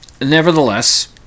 Nevertheless